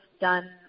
done